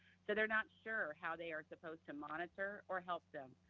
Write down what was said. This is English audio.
so they're not sure how they are supposed to monitor or help them,